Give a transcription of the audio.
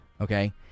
okay